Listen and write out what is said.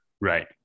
Right